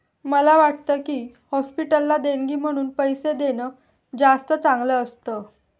मला वाटतं की, हॉस्पिटलला देणगी म्हणून पैसे देणं जास्त चांगलं असतं